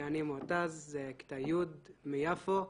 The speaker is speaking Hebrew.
אני מועתז, כיתה י', מיפו.